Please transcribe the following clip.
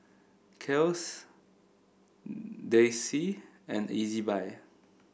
Kiehl's Delsey and Ezbuy